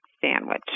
sandwich